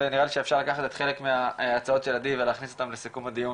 ונראה לי שאפשר לקחת את חלק מההצעות של עדי ולהכניס אותן לסיכום הדיון,